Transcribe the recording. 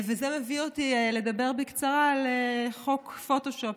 וזה מביא אותי לדבר בקצרה על חוק פוטושופ,